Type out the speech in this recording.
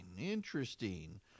Interesting